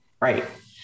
Right